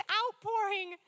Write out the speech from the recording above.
outpouring